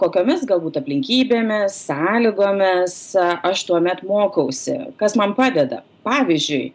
kokiomis galbūt aplinkybėmis sąlygomis aš tuomet mokausi kas man padeda pavyzdžiui